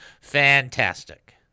Fantastic